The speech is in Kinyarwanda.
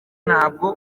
ntabwo